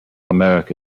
america